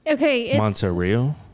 Montreal